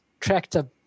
tractor